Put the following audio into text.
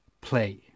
play